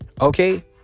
okay